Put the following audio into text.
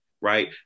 right